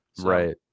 right